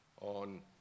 on